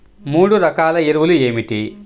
మూడు రకాల ఎరువులు ఏమిటి?